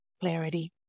clarity